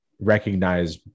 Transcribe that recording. recognize